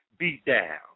beatdown